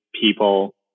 people